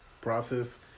process